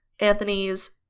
Anthony's